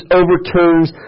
overturns